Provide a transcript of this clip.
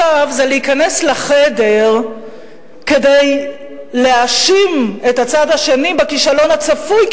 היא להיכנס לחדר כדי להאשים את הצד השני בכישלון הצפוי,